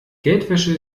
geldwäsche